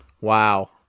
Wow